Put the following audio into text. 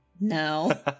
no